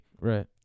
Right